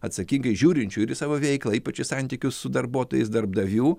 atsakingai žiūrinčių ir į savo veiklą ypač į santykius su darbuotojais darbdavių